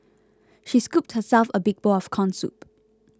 she scooped herself a big bowl of Corn Soup